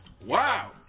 Wow